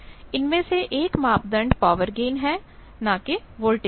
इनमें से एक मापदंड पावर गेन है ना कि वोल्टेज गेन